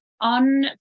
on